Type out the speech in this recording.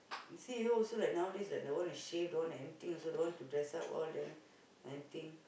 see you also like nowadays don't want to shave don't want to anything also don't want to dress up all the anything